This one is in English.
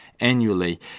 annually